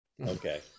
Okay